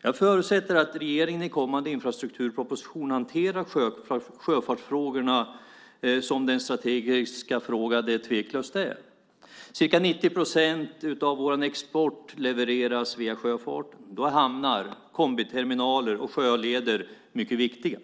Jag förutsätter att regeringen i kommande infrastrukturproposition hanterar sjöfartsfrågorna som de strategiska frågor de tveklöst är. Ca 90 procent av vår export levereras via sjöfarten. Då är hamnar, kombiterminaler och sjöleder mycket viktiga.